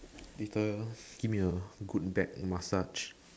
later give me a good back message